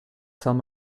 some